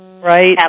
right